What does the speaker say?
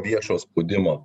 viešo spaudimo